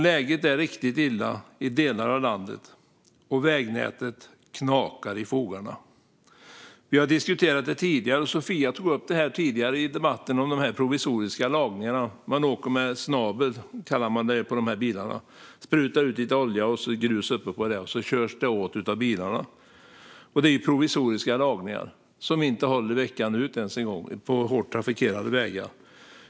Läget är riktigt illa i delar av landet, vägnätet knakar i fogarna." Vi har diskuterat de provisoriska lagningarna tidigare, och Sofia Westergren tog också upp det tidigare i debatten. Man åker med en så kallad snabel på de här bilarna och sprutar ut lite olja. Så lägger man grus på det, och så körs det till av bilarna. Det är provisoriska lagningar som inte ens håller veckan ut på hårt trafikerade vägar.